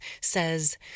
says